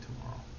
tomorrow